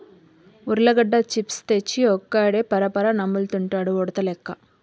ఉర్లగడ్డ చిప్స్ తెచ్చి ఒక్కడే పరపరా నములుతండాడు ఉడతలెక్క